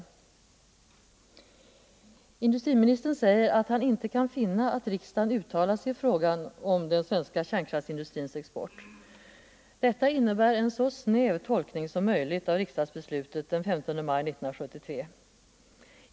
Industriministern säger att han inte kan finna att riksdagen har uttalat sig i fråga om den svenska kärnkraftsindustrins export. Detta innebär en så snäv tolkning som möjligt av riksdagsbeslutet den 15 maj 1973.